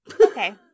okay